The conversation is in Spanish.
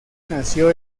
nació